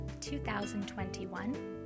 2021